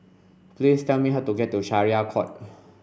please tell me how to get to Syariah Court